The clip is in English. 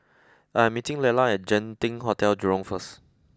I'm meeting Lela at Genting Hotel Jurong first